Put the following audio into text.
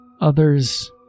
others